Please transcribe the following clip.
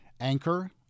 anchor